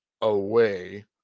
away